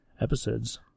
episodes